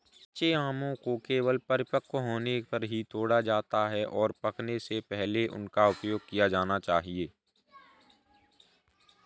कच्चे आमों को केवल परिपक्व होने पर ही तोड़ा जाता है, और पकने से पहले उनका उपयोग किया जाना चाहिए